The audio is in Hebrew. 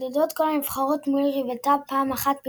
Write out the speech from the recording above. מתמודדת כל נבחרת מול יריבתה פעם אחת בלבד,